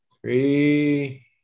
Three